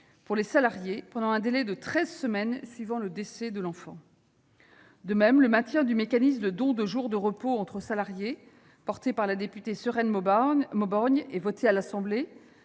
pour les salariés pendant un délai de treize semaines suivant le décès de l'enfant. De même, le maintien du mécanisme de don de jours de repos entre salariés, porté par la députée Sereine Mauborgne et voté à l'Assemblée,